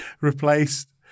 replaced